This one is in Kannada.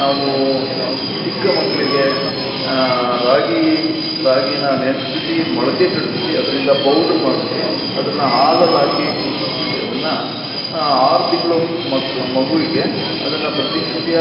ನಾವು ಚಿಕ್ಕ ಮಕ್ಕಳಿಗೆ ರಾಗಿ ರಾಗೀನ ನೆನ್ಸ್ಬಿಟ್ಟು ಮೊಳಕೆ ಕಟ್ಬಿಟ್ಟು ಅದರಿಂದ ಪೌಡ್ರ್ ಮಾಡ್ಬಿಟ್ಟು ಅದನ್ನ ಆಲ್ಲಲ್ಲಿ ಹಾಕಿ ಕುದಿಸ್ಬಿಟ್ಟು ಅದನ್ನ ಆರು ತಿಂಗಳು ಮಕ್ಕ್ ಮಗುವಿಗೆ ಅದನ್ನ ಪ್ರತಿನಿತ್ಯ